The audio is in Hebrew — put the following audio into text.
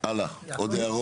הלאה, עוד הערות.